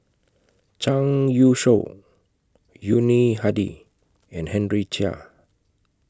Zhang Youshuo Yuni Hadi and Henry Chia